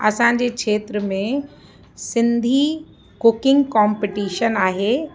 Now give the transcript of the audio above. असांजे खेत्र में सिंधी सिंधी कुकिंग कॉम्पिटिशन आहे